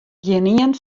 gjinien